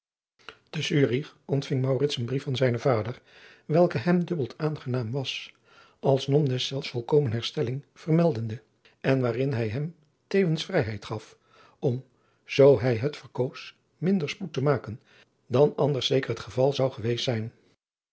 te zurich ontving maurits een brief van zijnen vader welke hem dubbeld aangenaam was als nom deszelfs volkomen herstelling vermeldende en waarin hij hem tevens vrijheid gaf om zoo hij het verkoos minder spoed te maken dan anders zeker het geval zou geweest zijn